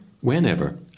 whenever